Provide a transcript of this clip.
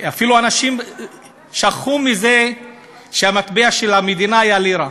אפילו אנשים שכחו שהמטבע של המדינה היה לירה.